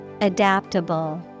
Adaptable